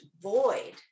void